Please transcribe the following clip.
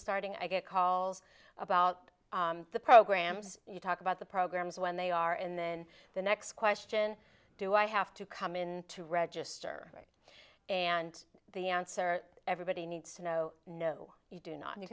starting i get calls about the programs you talk about the programs when they are and then the next question do i have to come in to register and the answer everybody needs to know no you d